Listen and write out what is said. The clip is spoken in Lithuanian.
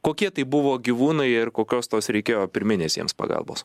kokie tai buvo gyvūnai ir kokios tos reikėjo pirminės jiems pagalbos